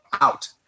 out